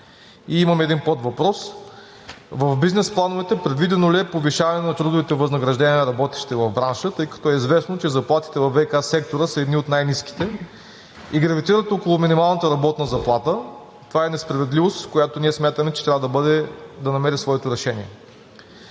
И имам един подвъпрос: в бизнес плановете предвидено ли е повишаване на трудовите възнаграждения на работещите в бранша, тъй като е известно, че заплатите във ВиК сектора са едни от най-ниските и гравитират около минималната работна заплата? Това е несправедливост, която ние смятаме, че трябва да намери своето решение.